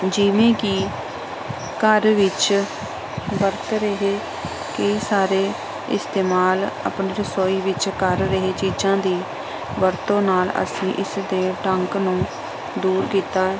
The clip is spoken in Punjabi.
ਜਿਵੇਂ ਕਿ ਘਰ ਵਿੱਚ ਵਰਤ ਰਹੇ ਕਈ ਸਾਰੇ ਇਸਤੇਮਾਲ ਆਪਣੇ ਰਸੋਈ ਵਿੱਚ ਕਰ ਰਹੇ ਚੀਜ਼ਾਂ ਦੀ ਵਰਤੋਂ ਨਾਲ ਅਸੀਂ ਇਸ ਦੇ ਡੰਗ ਨੂੰ ਦੂਰ ਕੀਤਾ